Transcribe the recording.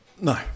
No